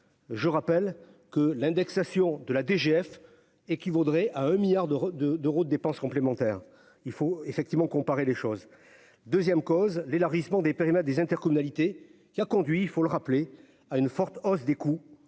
je rappelle que l'indexation de la DGF équivaudrait à un milliard d'euros de d'euros de dépenses complémentaires, il faut effectivement comparer les choses 2ème cause l'élargissement des périmètres des intercommunalités qui a conduit, il faut le rappeler à une forte hausse des coûts